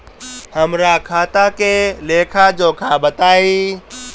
हमरा खाता के लेखा जोखा बताई?